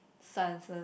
silences